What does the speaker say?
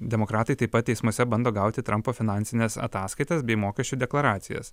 demokratai taip pat teismuose bando gauti trampo finansines ataskaitas bei mokesčių deklaracijas